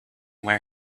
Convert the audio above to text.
where